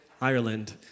Ireland